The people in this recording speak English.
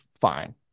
fine